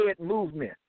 movement